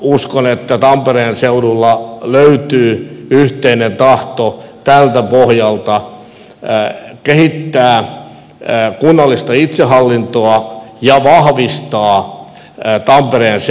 uskon että tampereen seudulla löytyy yhteinen tahto tältä pohjalta kehittää kunnallista itsehallintoa ja vahvistaa tampereen seudun elinvoimaa